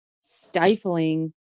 stifling